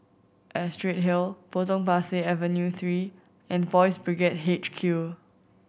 Astrid Hill Potong Pasir Avenue Three and Boys' Brigade H Q